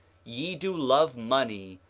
ye do love money,